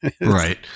Right